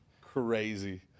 Crazy